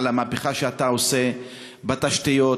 המהפכה שאתה עושה בתשתיות,